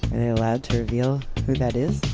they allowed to reveal who that is?